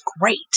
great